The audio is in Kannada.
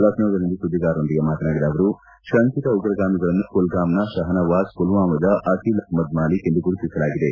ಲಕ್ನೋದಲ್ಲಿಂದು ಸುದ್ದಿಗಾರರೊಂದಿಗೆ ಮಾತನಾಡಿದ ಅವರು ಶಂಕಿತ ಉಗ್ರಗಾಮಿಗಳನ್ನು ಕುಲ್ಗಾಮ್ನ ಶಹನವಾಜ್ ಪುಲ್ವಾಮದ ಅಖಿಲ್ ಅಹಮದ್ ಮಾಲಿಕ್ ಎಂದು ಗುರುತಿಸಲಾಗಿದೆ